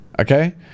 okay